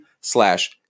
slash